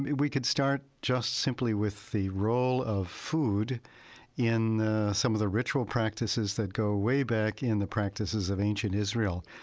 we could start just simply with the role of food in some of the ritual practices that go way back in the practices of ancient israel.